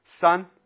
son